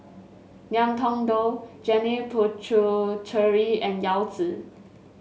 Ngiam Tong Dow Janil Puthucheary and Yao Zi